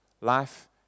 life